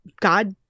God